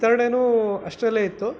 ವಿತರಣೆನೂ ಅಷ್ಟರಲ್ಲೇ ಇತ್ತು